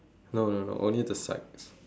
no no no only the sides